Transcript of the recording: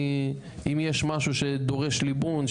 אם יש משהו שדורש ליבון,